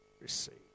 receive